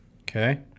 Okay